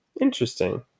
Interesting